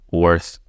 worth